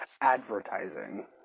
advertising